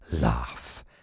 Laugh